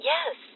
Yes